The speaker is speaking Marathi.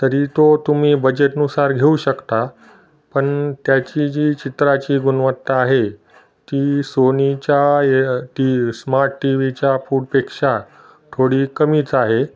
तरी तो तुम्ही बजेटनुसार घेऊ शकता पण त्याची जी चित्राची गुणवत्ता आहे ती सोनीच्या टी स्मार्ट टी व्हीच्या फूटपेक्षा थोडी कमीच आहे